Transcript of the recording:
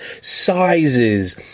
sizes